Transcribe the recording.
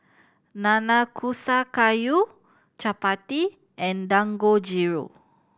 Nanakusa Gayu Chapati and Dangojiru